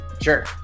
Sure